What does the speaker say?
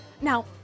Now